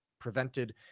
prevented